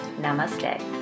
namaste